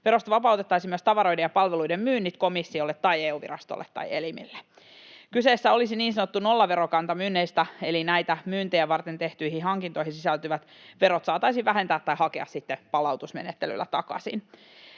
Verosta vapautettaisiin myös tavaroiden ja palveluiden myynnit komissiolle tai EU-virastolle tai -elimelle. Kyseessä olisi niin sanottu nollaverokanta myynneistä, eli näitä myyntejä varten tehtyihin hankintoihin sisältyvät verot saataisiin vähentää tai hakea sitten palautusmenettelyllä takaisin.